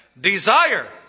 desire